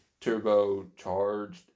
turbocharged